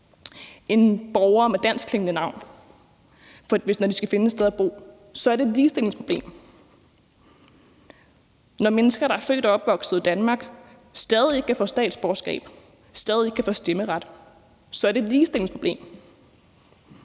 end borgere med et danskklingende navn, når de skal finde et sted at bo, så er det et ligestillingsproblem, og når mennesker, der er født og opvokset i Danmark, stadig ikke kan få statsborgerskab, stadig ikke kan få stemmeret, er det et ligestillingsproblem.